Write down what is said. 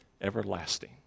everlasting